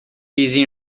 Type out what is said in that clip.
busy